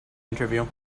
interview